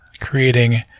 creating